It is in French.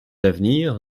d’avenir